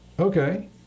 Okay